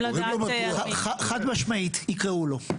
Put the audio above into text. חד משמעית יקרו לו.